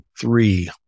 three